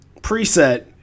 preset